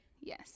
Yes